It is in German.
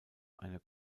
einer